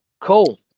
cool